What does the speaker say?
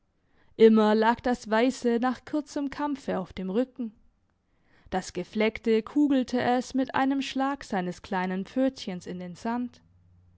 immer lag das weisse nach kurzem kampfe auf dem rücken das gefleckte kugelte es mit einem schlag seines kleinen pfötchens in den sand